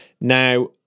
Now